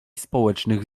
społecznych